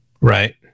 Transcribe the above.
Right